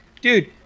dude